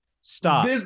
Stop